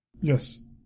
Yes